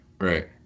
right